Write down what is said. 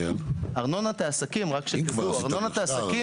גם בבנייה סטנדרטית ורגילה צריכים להעלות את סכומי הפיתוח,